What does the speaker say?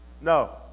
No